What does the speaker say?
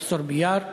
פרופסור ביאר,